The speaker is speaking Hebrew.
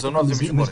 מזונות ומשמורת.